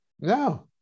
no